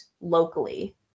locally